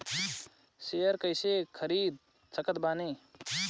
Share कइसे खरीद सकत बानी?